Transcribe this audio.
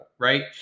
right